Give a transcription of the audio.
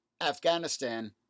Afghanistan